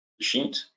sheet